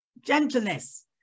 Gentleness